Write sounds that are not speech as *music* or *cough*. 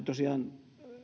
*unintelligible* tosiaan